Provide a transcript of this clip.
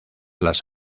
las